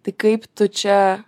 tai kaip tu čia